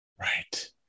Right